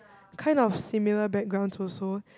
kind of similar backgrounds also